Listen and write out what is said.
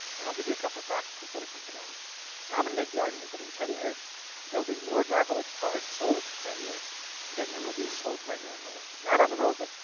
and i'll give you a couple facts to sort of consider on this and i'm gonna make the argument that in ten years there'll be more driverless cars sold that year than there will be sold regular cars. not on the road, but